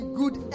good